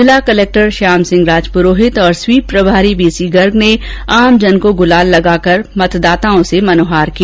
जिला कलेक्टर श्याम सिंह राजपुरोहित और स्वीप प्रभारी वीसी गर्ग ने आमजन को गुलाल लगा मतदान की मनुहार की